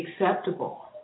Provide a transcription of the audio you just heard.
acceptable